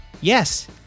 Yes